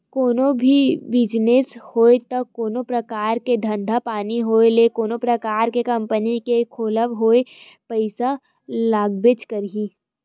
कोनो भी बिजनेस होय ते कोनो परकार के धंधा पानी होय ते कोनो परकार के कंपनी के खोलई होय पइसा लागबे करथे